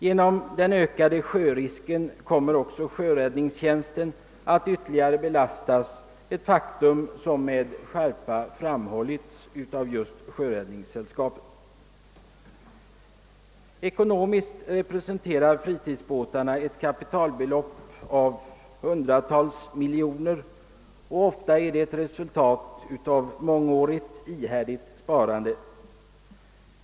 Genom de ökade olycksriskerna kommer också sjöräddningstjänsten att ytterligare belastas, ett faktum som med skärpa framhållits av sjöräddningssällskapen. Ekonomiskt sett representerar fritidsbåtarna ett kapital av hundratals miljoner kronor, till stora delar ett resultat av mångårigt ihärdigt sparande.